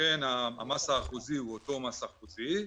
המס האחוזי הוא אותו מס אחוזי,